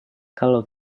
kalau